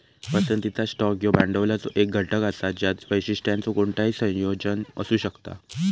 पसंतीचा स्टॉक ह्यो भांडवलाचो एक घटक असा ज्यात वैशिष्ट्यांचो कोणताही संयोजन असू शकता